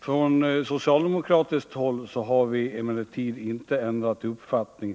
På socialdemokratiskt håll har vi emellertid inte ändrat uppfattning.